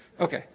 Okay